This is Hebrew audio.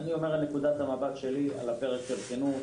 נקודת המבט שלי על היבט החינוך,